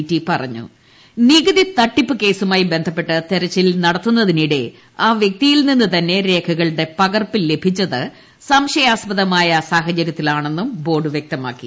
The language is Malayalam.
റ്റി പറ്റഞ്ഞു നികുതി തട്ടിപ്പ് കേസുമായി ബന്ധപ്പെട്ട് തെരച്ചിൽ സ്റ്ട്ത്തുന്നതിനിടെ ആ വ്യക്തിയിൽ നിന്ന് തന്നെ രേഖകളുടെ പകർപ്പ് ലഭിച്ചത് സംശയാസ്പദമായ സാഹചര്യത്തിലാണെന്നും ബോർഡ് വ്യക്തമാക്കി